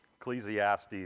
Ecclesiastes